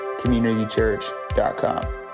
communitychurch.com